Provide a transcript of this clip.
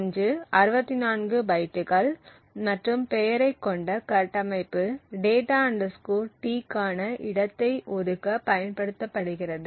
ஒன்று 64 பைட்டுகள் மற்றும் பெயரைக் கொண்ட கட்டமைப்பு data Tக்கான இடத்தை ஒதுக்க பயன்படுத்தப்படுகிறது